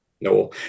No